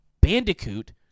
Bandicoot